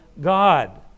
God